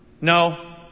No